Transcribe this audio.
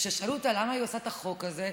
כששאלו אותה למה היא עושה את החוק הזה,